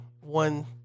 one